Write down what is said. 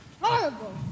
Horrible